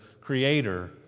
Creator